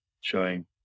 showing